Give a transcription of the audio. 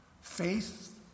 Faith